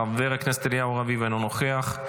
חבר הכנסת אליהו רביבו אינו נוכח,